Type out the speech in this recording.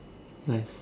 nice